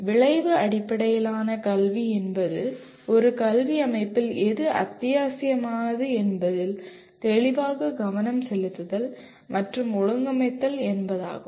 விளைவு அடிப்படையிலான கல்வி என்பது ஒரு கல்வி அமைப்பில் எது அத்தியாவசியமானது என்பதில் தெளிவாக கவனம் செலுத்துதல் மற்றும் ஒழுங்கமைத்தல் என்பதாகும்